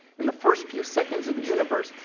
in the first few seconds of the universe,